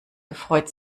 gefreut